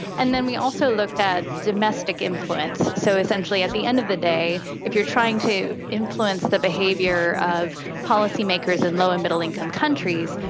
and then we also looked at domestic influence. so essentially at the end of the day, if you are trying to influence the behaviour of policymakers in low and middle income countries,